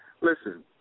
listen